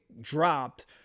dropped